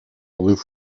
aloof